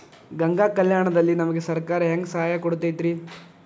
ಗಂಗಾ ಕಲ್ಯಾಣ ದಲ್ಲಿ ನಮಗೆ ಸರಕಾರ ಹೆಂಗ್ ಸಹಾಯ ಕೊಡುತೈತ್ರಿ?